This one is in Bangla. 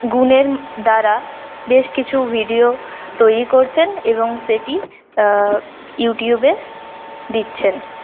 গুণের দ্বারা বেশ কিছু ভিডিও তৈরি করছেন এবং সেটি ইউটিউবে দিচ্ছেন